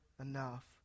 enough